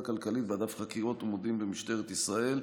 כלכלית באגף חקירות ומודיעין במשטרת ישראל.